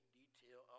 detail